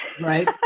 Right